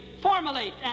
Formulate